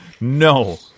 No